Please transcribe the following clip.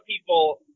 people